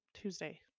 Tuesday